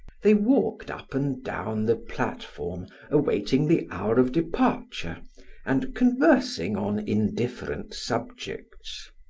they walked up and down the platform awaiting the hour of departure and conversing on indifferent subjects.